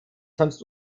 sonst